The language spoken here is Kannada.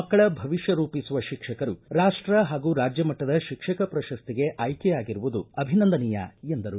ಮಕ್ಕಳ ಭವಿಷ್ಠ ರೂಪಿಸುವ ಶಿಕ್ಷಕರು ರಾಷ್ಟ ಹಾಗೂ ರಾಜ್ಯ ಮಟ್ಟದ ಶಿಕ್ಷಕ ಪ್ರಶಸ್ತಿಗೆ ಆಯ್ಕೆಯಾಗಿರುವುದು ಅಭಿನಂದನೀಯ ಎಂದರು